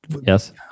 yes